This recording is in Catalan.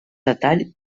detall